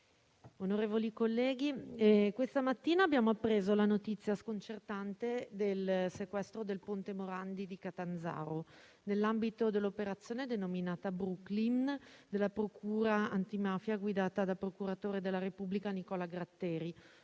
onorevoli colleghi, questa mattina abbiamo appreso la notizia sconcertante del sequestro del ponte Morandi di Catanzaro nell'ambito dell'operazione denominata «Brooklyn» della procura antimafia guidata dal procuratore della Repubblica Nicola Gratteri,